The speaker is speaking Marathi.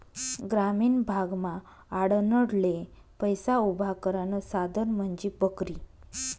ग्रामीण भागमा आडनडले पैसा उभा करानं साधन म्हंजी बकरी